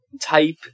type